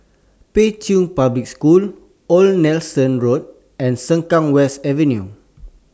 Pei Chun Public School Old Nelson Road and Sengkang West Avenue